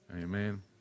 Amen